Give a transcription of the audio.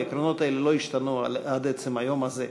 העקרונות האלה לא השתנו עד עצם היום הזה.